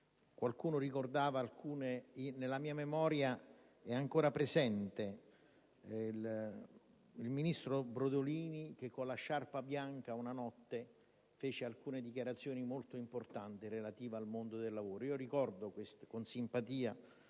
questo Statuto. Nella mia memoria è ancora presente il ministro Brodolini che, con la sciarpa bianca, una notte fece alcune dichiarazioni molto importanti relative al mondo del lavoro. Io ricordo con simpatia